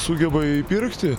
sugeba įpirkti